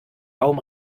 baum